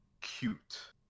cute